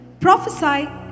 prophesy